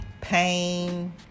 Pain